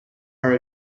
are